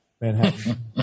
Manhattan